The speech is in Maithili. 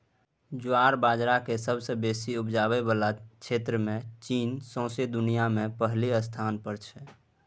ज्वार बजराक सबसँ बेसी उपजाबै बला क्षेत्रमे चीन सौंसे दुनियाँ मे पहिल स्थान पर छै